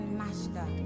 master